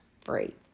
free